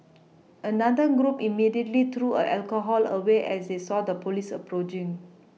another group immediately threw a alcohol away as they saw the police approaching